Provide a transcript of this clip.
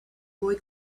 boy